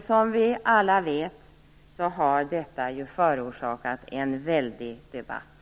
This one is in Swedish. Som vi alla vet har detta förorsakat en väldig debatt.